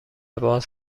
باز